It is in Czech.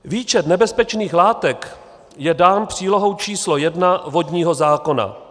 Výčet nebezpečných látek je dán přílohou č. 1 vodního zákona.